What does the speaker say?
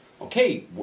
okay